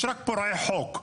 יש רק פורעי חוק.